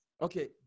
okay